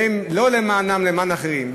לא למענם אלא למען אחרים,